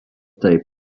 taip